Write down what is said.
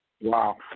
Wow